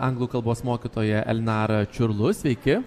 anglų kalbos mokytoja elnara čurlu sveiki